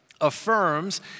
affirms